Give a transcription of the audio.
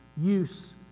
Use